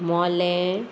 मोलें